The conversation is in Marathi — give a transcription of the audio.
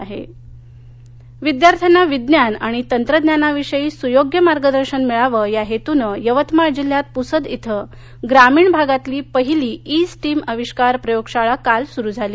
यवतमाळ विद्यार्थ्यांना विज्ञान आणि तंत्रज्ञानाविषयी सुयोग्य मार्गदर्शन मिळावं या हेतूनं यवतमाळ जिल्ह्यात प्रसद इथं ग्रामीण भागातली पहिली ई स्टीम अविष्कार प्रयोगशाळा काल सुरु झाली